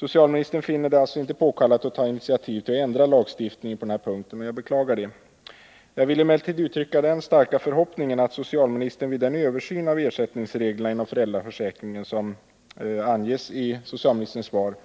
Socialministern finner det inte påkallat att ta initiativ till att ändra lagstiftningen på denna punkt. Jag beklagar det. Jag vill emellertid uttrycka den starka förhoppningen att socialministern vid den översyn av ersättningsreglerna inom föräldraförsäkringen som aviserats